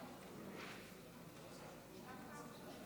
חברי הכנסת,